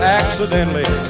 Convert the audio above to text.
accidentally